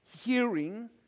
hearing